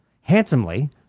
handsomely